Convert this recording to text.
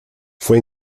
fue